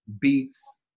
beats